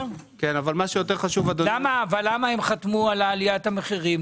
למה הם חתמו על עליית המחירים?